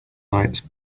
lights